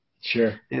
Sure